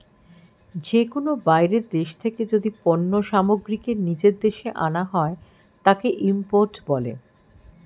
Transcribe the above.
যে কোনো বাইরের দেশ থেকে যদি পণ্য সামগ্রীকে নিজের দেশে আনা হয়, তাকে ইম্পোর্ট বলে